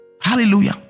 Hallelujah